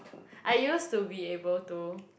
I used to be able to